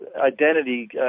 identity